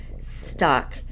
stuck